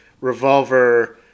revolver